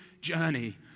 journey